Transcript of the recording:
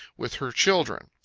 with her children.